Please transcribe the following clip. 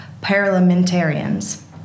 Parliamentarians